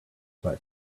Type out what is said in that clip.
but